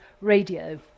radio